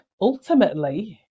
ultimately